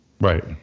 right